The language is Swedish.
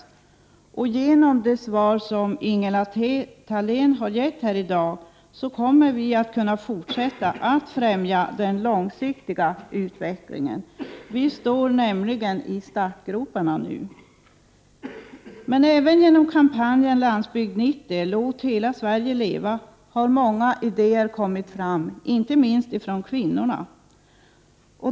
I och med Ingela Thaléns svar här i dag komer vi att kunna fortsätta att främja den långsiktiga utvecklingen. Nu står vi nämligen i startgroparna. Även genom kampanjen Landsbygd 90: Hela Sverige ska leva! har många idéer kommit fram, inte minst från kvinnorna.